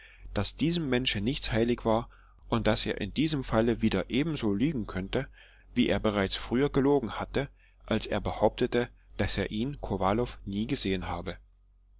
daß diesem menschen nichts heilig war und daß er in diesem falle wieder ebenso lügen könnte wie er bereits früher gelogen hatte als er behauptete daß er ihn kowalow nie gesehen habe